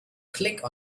click